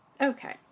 Okay